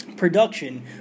production